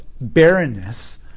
barrenness